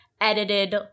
edited